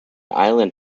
island